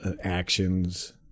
actions